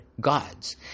gods